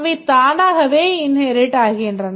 அவை தானாகவே inherit ஆகின்றன